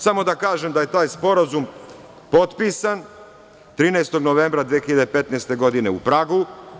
Samo da kažem da je taj sporazum potpisan 13. novembra 2015. godine u Pragu.